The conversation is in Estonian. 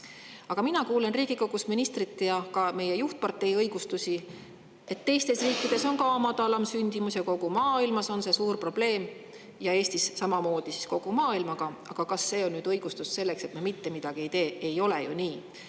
Aga mina kuulen Riigikogus ministrite ja ka meie juhtpartei õigustusi, et ka teistes riikides on sündimus madalam, kogu maailmas on see suur probleem ja Eestis samamoodi [nagu mujal] maailmas. Aga kas see on õigustus sellele, et me mitte midagi ei tee? Ei ole ju nii.